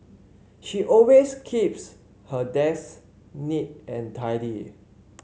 she always keeps her desk neat and tidy